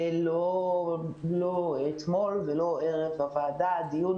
לא אתמול ולא ערב הדיון בוועדה הדיון